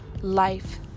life